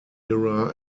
era